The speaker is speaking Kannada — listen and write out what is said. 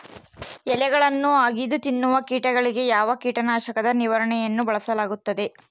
ಎಲೆಗಳನ್ನು ಅಗಿದು ತಿನ್ನುವ ಕೇಟಗಳಿಗೆ ಯಾವ ಕೇಟನಾಶಕದ ನಿರ್ವಹಣೆಯನ್ನು ಬಳಸಲಾಗುತ್ತದೆ?